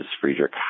Friedrich